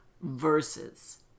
verses